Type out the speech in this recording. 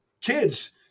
kids